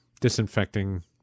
disinfecting